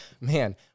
man